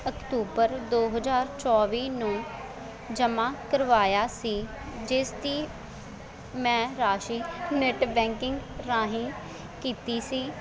October ਦੋ ਹਜ਼ਾਰ ਚੌਵੀ ਨੂੰ ਜਮ੍ਹਾ ਕਰਵਾਇਆ ਸੀ ਜਿਸ ਦੀ ਮੈਂ ਰਾਸ਼ੀ ਨੈਟ ਬੈਂਕਿੰਗ ਰਾਹੀਂ ਕੀਤੀ ਸੀ